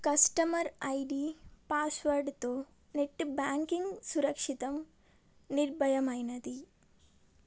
customer ID పాస్వర్డ్తో net banking సురక్షితం నిర్భయమైనది